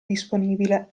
disponibile